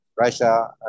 Russia